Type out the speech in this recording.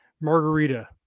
Margarita